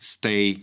stay